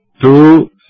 Two